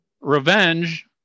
Revenge